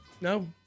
No